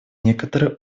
некоторый